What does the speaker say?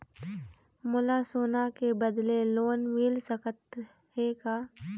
मोला सोना के बदले लोन मिल सकथे का?